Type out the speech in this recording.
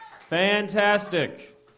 Fantastic